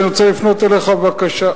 ראשית, אני רוצה לפנות אליך בבקשה: